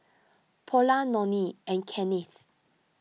Paula Nonie and Kennith